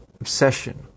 obsession